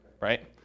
right